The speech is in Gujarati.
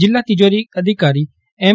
જિલ્લા તિજોરી અધિકારી એમ